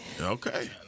Okay